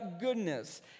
goodness